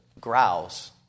growls